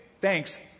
thanks